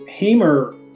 Hamer